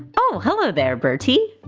oh hello there, bertie!